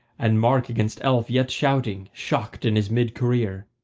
and mark against elf yet shouting, shocked, in his mid-career.